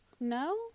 No